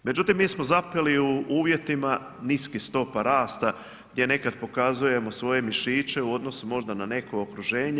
Međutim, mi smo zapeli u uvjetima niskih stopa rasta gdje nekad pokazujemo svoje mišiće u odnosu možda na neko okruženje.